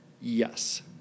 Yes